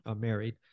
married